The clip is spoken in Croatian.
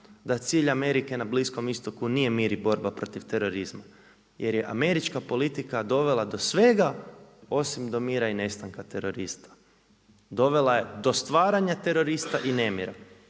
da cilj Amerike na Bliskom Istoku nije mir i borba protiv terorizma jer je politička politika dovela do svega osim do mira i nestanka terorista. Dovela je do stvaranja terorista i nemira.